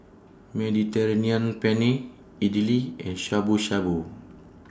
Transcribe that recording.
Mediterranean Penne Idili and Shabu Shabu